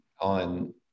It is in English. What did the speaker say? on